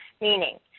meaning